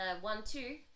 one-two